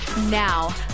Now